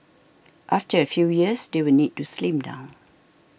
after a few years they will need to slim down